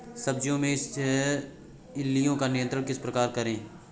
सब्जियों में इल्लियो का नियंत्रण किस प्रकार करें?